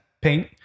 paint